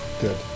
Good